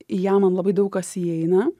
į ją man labai daug kas įeina